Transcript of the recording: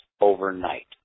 overnight